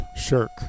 shirk